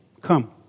Come